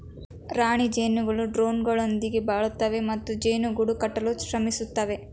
ರಾಣಿ ಜೇನುಗಳು ಡ್ರೋನ್ಗಳೊಂದಿಗೆ ಬಾಳುತ್ತವೆ ಮತ್ತು ಜೇನು ಗೂಡು ಕಟ್ಟಲು ಶ್ರಮಿಸುತ್ತವೆ